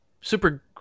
Super